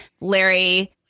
Larry